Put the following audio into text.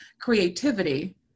creativity